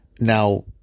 now